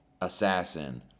assassin